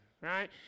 right